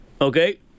Okay